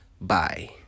Bye